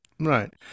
Right